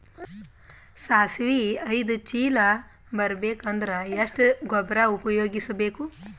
ಸಾಸಿವಿ ಐದು ಚೀಲ ಬರುಬೇಕ ಅಂದ್ರ ಎಷ್ಟ ಗೊಬ್ಬರ ಉಪಯೋಗಿಸಿ ಬೇಕು?